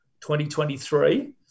2023